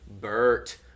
Bert